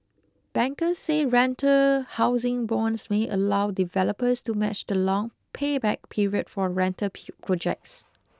bankers say rental housing bonds may allow developers to match the long payback period for rental projects